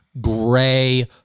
gray